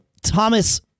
Thomas